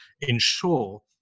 ensure